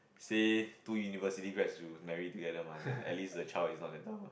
say two university grads to marry together mah then at least the child is not that dumb ah